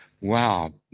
Wow